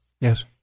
Yes